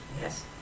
Yes